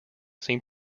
seem